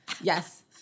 yes